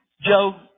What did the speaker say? Joe